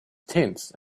tense